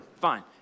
fine